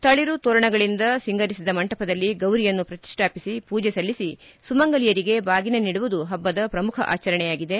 ತಳರು ತೋರಣಗಳಿಂದ ಸಿಂಗರಿಸಿದ ಮಂಟಪದಲ್ಲಿ ಗೌರಿಯನ್ನು ಪರಿಷ್ಠಾಪಿಸಿ ಪೂಜೆ ಸಲ್ಲಿಸಿ ಸಮುಂಗಲಿಯರಿಗೆ ಬಾಗಿನ ನೀಡುವುದು ಹಬ್ಬದ ಪ್ರಮುಖ ಆಚರಣೆಯಾಗಿದೆ